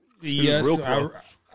Yes